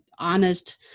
Honest